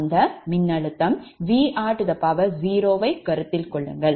அந்த மின்னழுத்தம் Vr0 ஐக் கருத்தில் கொள்ளுங்கள்